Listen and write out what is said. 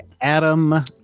Adam